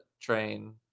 train